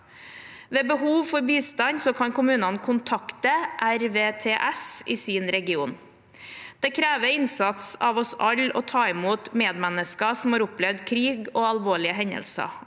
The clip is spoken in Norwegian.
Ved behov for bistand kan kommunen kontakte RVTS i sin region. Det krever innsats av oss alle å ta imot medmennesker som har opplevd krig og alvorlige hendelser.